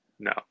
No